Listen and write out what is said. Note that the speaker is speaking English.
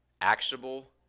Actionable